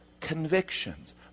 convictions